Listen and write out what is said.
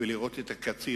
ולראות את הקציר.